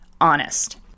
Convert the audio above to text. honest